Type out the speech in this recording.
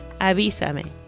avísame